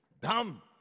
Dumb